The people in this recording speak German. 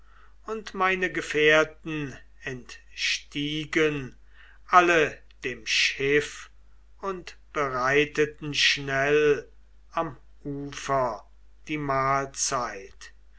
und meine gefährten entstiegen alle dem schiff und bereiteten schnell am ufer die mahlzeit